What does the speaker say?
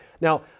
Now